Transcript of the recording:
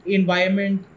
environment